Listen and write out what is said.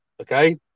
Okay